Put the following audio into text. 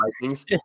Vikings